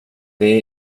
det